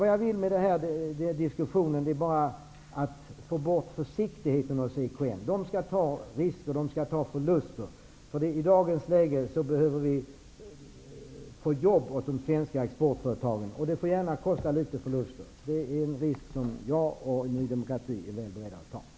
Vad jag vill med den här diskussionen är bara att få bort försiktigheten hos EKN. Där skall man ta risker och ta förluster. I dagens läge behöver vi få jobb åt de svenska exportföretagen, och det får gärna kosta litet förluster. Det är en risk som jag och Ny demokrati är väl beredda att ta.